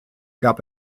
gab